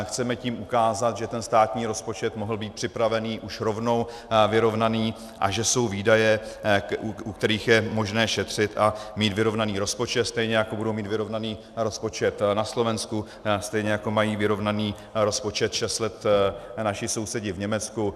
Chceme tím ukázat, že státní rozpočet mohl být připravený už rovnou vyrovnaný a že jsou výdaje, u kterých je možné šetřit a mít vyrovnaný rozpočet, stejně jako budou mít vyrovnaný rozpočet na Slovensku, stejně jako mají vyrovnaný rozpočet šest let naši sousedi v Německu.